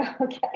Okay